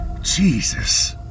Jesus